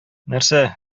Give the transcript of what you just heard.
нәрсә